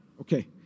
Okay